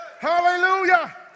Hallelujah